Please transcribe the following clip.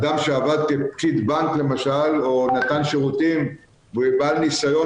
אדם שעבד כפקיד בנק למשל או נתן שירותים והוא בעל ניסיון,